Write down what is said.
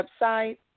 website